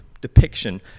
depiction